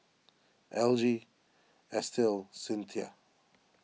Algie Estill Cyntha